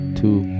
two